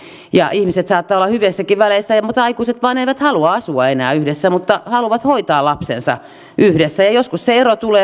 on paljon uusperheitä ja ihmiset saattavat olla hyvissäkin väleissä mutta aikuiset eivät vain halua asua enää yhdessä mutta haluavat hoitaa lapsensa yhdessä ja joskus se ero tulee raskausaikanakin